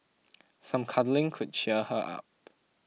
some cuddling could cheer her up